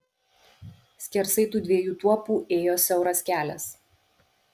skersai tų dviejų tuopų ėjo siauras kelias